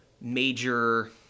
major